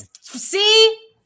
see